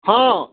ହଁ